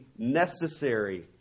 Necessary